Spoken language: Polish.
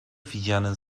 widziane